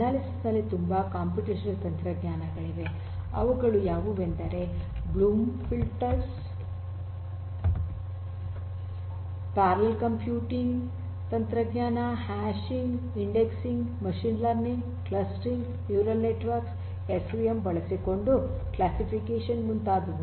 analysis ನಲ್ಲಿ ತುಂಬಾ computational ತಂತ್ರಜ್ಞಾನಗಳಿವೆ ಅವುಗಳು ಯಾವುವೆಂದರೆ ಬ್ಲೂಮ್ ಫೈಲಟ್ರ್ಸ್ ಪ್ಯಾರಲಲ್ ಕಂಪ್ಯೂಟಿಂಗ್ ತಂತ್ರಜ್ಞಾನ hashing indexing machine learning clustering neural networks S V M ಬಳಸಿಕೊಂಡು ಕ್ಲಾಸಿಫಿಕೇಶನ್ ಮುಂತಾದವು